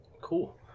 Cool